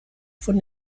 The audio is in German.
von